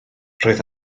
roedd